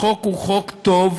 החוק הוא חוק טוב,